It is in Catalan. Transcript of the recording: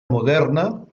moderna